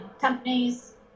companies